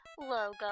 logo